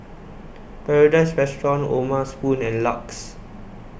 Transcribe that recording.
Paradise Restaurant O'ma Spoon and LUX